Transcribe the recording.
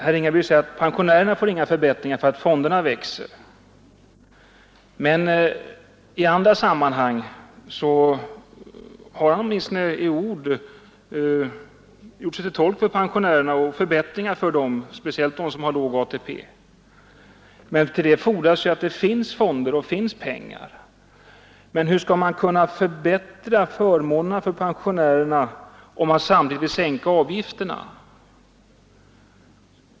Han säger att pensionärerna inte får några förbättringar därför att fonderna växer. Men i andra sammanhang har han åtminstone i år gjort sig till tolk för förbättringar åt pensionärerna, särskilt de som har låg ATP, och för sådana förbättringar fordras att det finns pengar i fonderna. Hur skall man kunna förbättra pensionerna om man samtidigt vill sänka avgifterna?